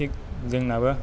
थिक जोंनाबो